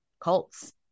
cults